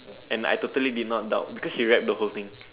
and I totally did not doubt because she wrapped the whole thing